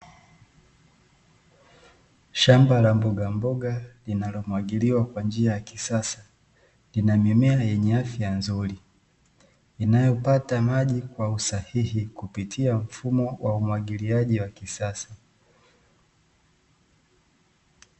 Shamba la mbogamboga linalomwagiliwa kwa njia ya kisasa, lina mimea yenye afya nzuri inayopata maji kwa usahihi kupitia mfumo wa umwagiliaji wa kisasa.